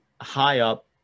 high-up